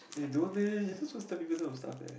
eh don't leh you're not supposed to tell people those stuff leh